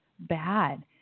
bad